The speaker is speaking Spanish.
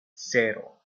cero